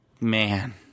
man